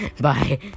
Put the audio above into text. Bye